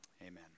Amen